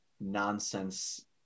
nonsense